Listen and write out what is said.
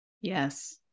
Yes